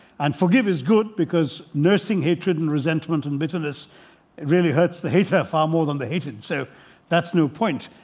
and forgive is good because nursing hatred and resentment and bitterness really hurts the hater far more than the hated. so that's no point.